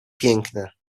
piękne